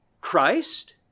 Christ